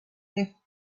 left